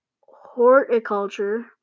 horticulture